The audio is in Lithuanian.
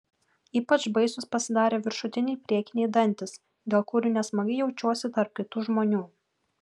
ypač baisūs pasidarė viršutiniai priekiniai dantys dėl kurių nesmagiai jaučiuosi tarp kitų žmonių